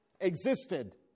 existed